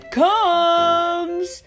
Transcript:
comes